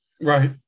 Right